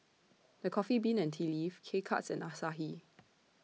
The Coffee Bean and Tea Leaf K Cuts and Asahi